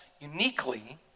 uniquely